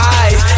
eyes